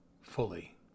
fully